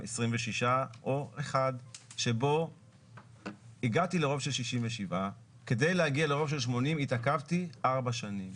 26 או 1 שבו הגעתי לרוב של 67. כדי להגיע לרוב של 80 התעכבתי ארבע שנים.